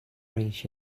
reach